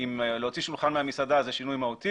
להוציא שולחן מהמסעדה זה שינוי מהותי